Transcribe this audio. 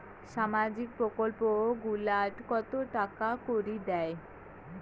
সামাজিক প্রকল্প গুলাট কত টাকা করি দেয়?